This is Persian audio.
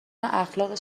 اخلاقش